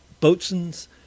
boatswain's